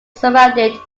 surrounded